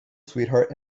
sweetheart